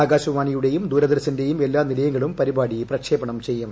ആകാശവാണിയുടേയും ദൂരദർശന്റേയും എല്ലാ നിലയങ്ങളിലും ് പരിപാടി പ്രക്ഷേപണം ചെയ്യും